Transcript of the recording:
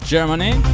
Germany